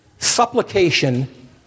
supplication